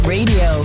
Radio